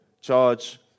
charge